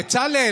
בצלאל,